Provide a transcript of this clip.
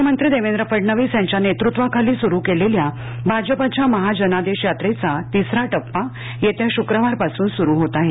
मुख्यमंत्री देवेंद्र फडणवीस यांच्या नेतृत्वाखाली सुरू केलेल्या भाजपाच्या महाजनादेश यात्रेचा तिसरा टप्पा येत्या शुक्रवारपासून सुरू होत आहे